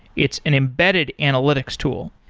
it's an embedded analytics tool.